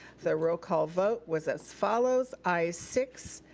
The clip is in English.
the roll call vote was as follows, ayes, six,